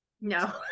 No